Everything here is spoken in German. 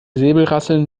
säbelrasseln